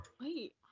wait